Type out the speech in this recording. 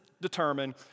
determine